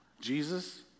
Jesus